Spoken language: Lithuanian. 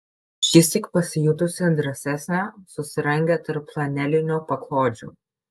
šįsyk pasijutusi drąsesnė susirangė tarp flanelinių paklodžių